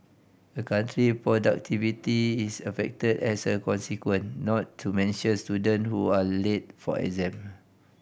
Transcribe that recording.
a country productivity is affected as a consequent not to mention student who are late for exam